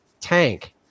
tank